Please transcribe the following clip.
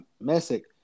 messick